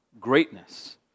greatness